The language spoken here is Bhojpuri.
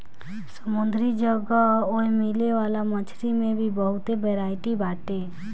समुंदरी जगह ओए मिले वाला मछरी में भी बहुते बरायटी बाटे